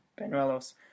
Benuelos